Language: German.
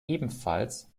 ebenfalls